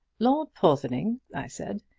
lord porthoning, i said,